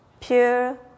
pure